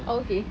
oh okay